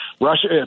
Russia